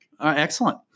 Excellent